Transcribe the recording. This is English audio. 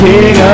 King